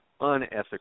unethical